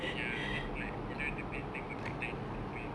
ya then like below the bed then got like tiny people